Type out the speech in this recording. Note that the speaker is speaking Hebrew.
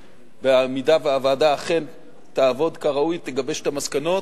במידה שהוועדה אכן תעבוד כראוי ותגבש את המסקנות,